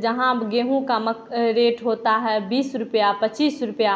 जहाँ गेहूँ का मक रेट होता है बीस रुपये पच्चीस रुपये